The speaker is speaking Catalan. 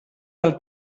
del